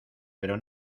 pero